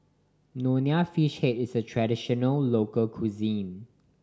Nonya Fish Head is a traditional local cuisine